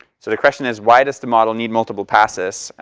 so the question is, why does the model need multiple passes?